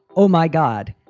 oh, my god,